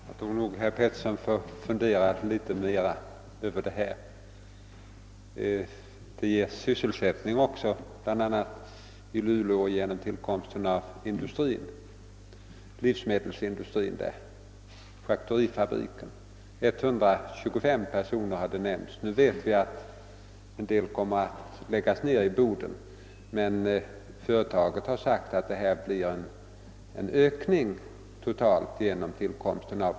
Herr talman! Jag tror nog att herr Petersson i Gäddvik får fundera litet mer häröver. Det ges sysselsättning, bl.a. i Luleå, även genom tillkomsten av den charkuterifabrik som jag nämnt i interpellationssvaret. Det har talats om att 125 personer kan beredas sysselsättning där. Vi vet visserligen att företaget kommer att lägga ned viss tillverkning i Boden, men totalt sett blir det ändå en ökning av antalet arbetstillfällen.